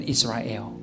Israel